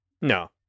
No